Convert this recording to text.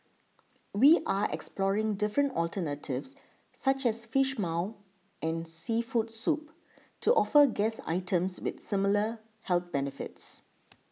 we are exploring different alternatives such as Fish Maw and seafood soup to offer guests items with similar health benefits